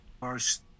first